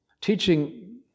teaching